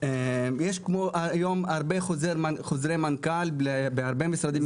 יש היום הרבה חוזר מנכ"ל בהרבה משרדים